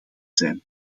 zijn